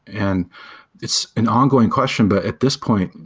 and it's an ongoing question, but at this point,